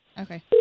Okay